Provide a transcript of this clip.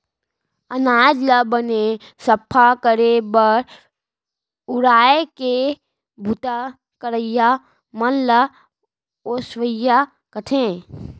अनाज ल बने सफ्फा करे बर उड़ाय के बूता करइया मन ल ओसवइया कथें